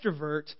extrovert